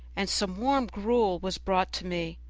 and some warm gruel was brought to me,